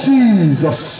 Jesus